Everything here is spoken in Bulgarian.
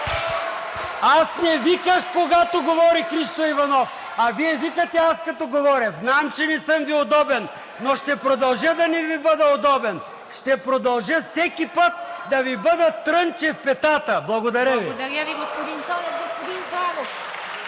Аз не виках, когато говори Христо Иванов, а Вие викате аз като говоря. Знам, че не съм Ви удобен, но ще продължа да не Ви бъда удобен, ще продължа всеки път да Ви бъда трънче в петата. Благодаря Ви. (Ръкопляскания от